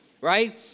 right